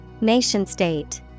Nation-state